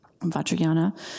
Vajrayana